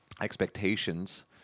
expectations